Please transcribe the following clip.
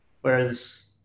Whereas